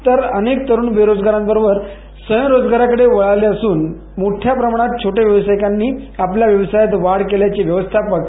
तर अनेक तरुण रोजगाराबरोबरच स्वयरोजगाराकडे वळाले असून मोठया प्रमाणात छोटे व्यावसायिकांनी आपल्या व्यवसायात वाढ केल्याचे व्यवस्थापक श्री